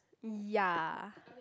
ya